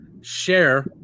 share